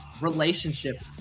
relationship